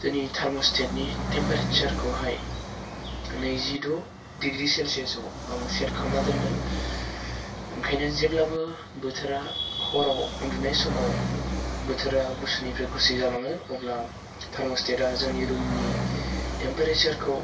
जोंनि टार्मस्टेटनि थेमफारेसारखौहाय नैजिद' डिग्रि सेलसियासआव आङो सेत खालामना दोनदों ओंखायनो जेब्लाबो बोथोरा हराव उन्दुनाय समाव बोथोरा गुसुनिफ्राय गुसुयै जालाङो अब्ला टार्मस्टेटआ जोंनि रुमनि थेमफारेसारखौ